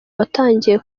watangiye